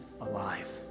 alive